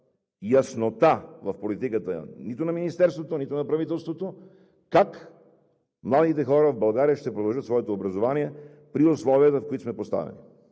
яснота в политиката нито на Министерството, нито на правителството как младите хора в България ще продължат своето образование в условията, в които сме поставени.